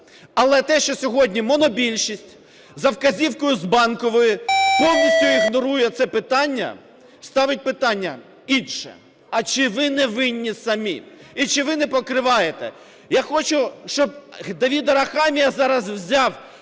Але те, що сьогодні монобільшість за вказівкою з Банкової повністю ігнорує це питання, ставить питання інше. А чи ви не винні самі і чи ви не покриваєте? Я хочу, щоб Давид Арахамія зараз взяв